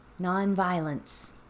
nonviolence